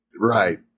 Right